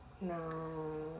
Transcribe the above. No